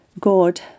God